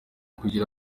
kugira